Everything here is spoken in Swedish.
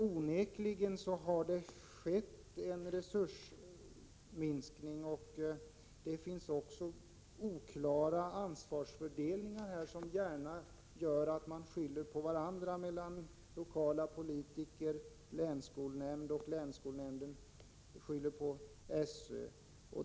Onekligen har resurserna emellertid minskat, och ansvarsfördelningen är oklar på området, vilket leder till att människor skyller på varandra, lokala politiker, länskolnämnd och SÖ.